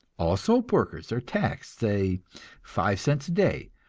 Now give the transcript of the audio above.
all soap workers are taxed, say five cents a day,